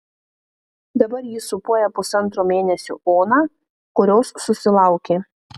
dabar ji sūpuoja pusantro mėnesio oną kurios susilaukė